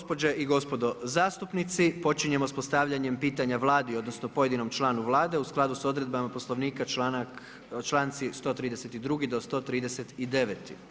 Gospođe i gospodo zastupnici počinjemo sa postavljanjem pitanja Vladi, odnosno pojedinom članu Vlade u skladu sa odredbama Poslovnika članci 132. do 139.